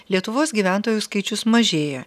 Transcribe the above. lietuvos gyventojų skaičius mažėja